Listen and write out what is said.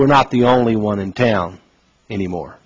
we're not the only one in town anymore